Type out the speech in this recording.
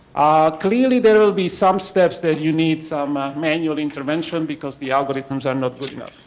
clearly there will be some steps that you need some manual intervention because the algorithms are not written up.